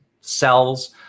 cells